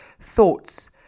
thoughts